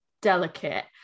delicate